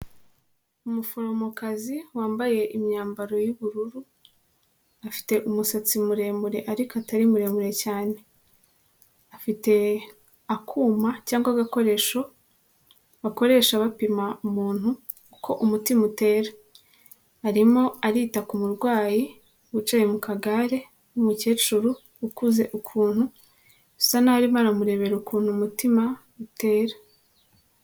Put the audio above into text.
Umuforomokazi wambaye imyambaro y'ubururu, afite umusatsi muremure ariko atari muremure cyane, afite akuma cyangwa agakoresho bakoresha bapima umuntu uko umutima utera, arimo arita ku murwayi wicaye mu kagare w'umukecuru ukuze ukuntu usa n'aho arimo aramurebera ukuntu umutima utera.